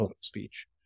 speech